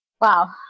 wow